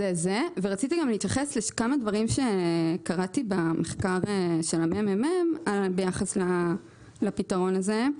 רציתי להתייחס לכמה דברים שקראתי במחקר של הממ"מ ביחס לפתרון הזה.